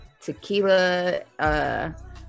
tequila